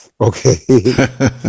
okay